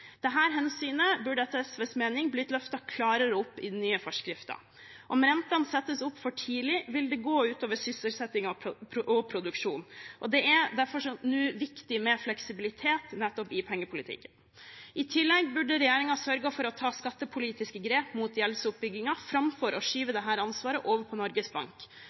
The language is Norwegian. hensynet burde etter SVs mening blitt løftet klarere opp i den nye forskriften. Om rentene settes opp for tidlig, vil det gå ut over sysselsettingen og produksjonen. Det er nå derfor viktig med fleksibilitet nettopp i pengepolitikken. I tillegg burde regjeringen ha sørget for å ta skattepolitiske grep mot gjeldsoppbyggingen framfor å skyve dette ansvaret over på Norges Bank.